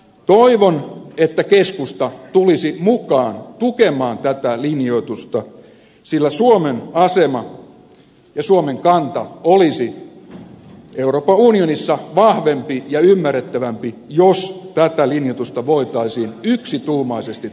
toivon että keskusta tulisi mukaan tukemaan tätä linjoitusta sillä suomen asema ja suomen kanta olisi euroopan unionissa vahvempi ja ymmärrettävämpi jos tätä linjoitusta voitaisiin yksituumaisesti tukea